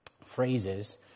phrases